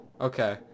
Okay